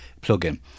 plug-in